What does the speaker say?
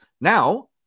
Now